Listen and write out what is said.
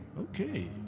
Okay